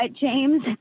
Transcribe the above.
James